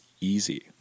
easy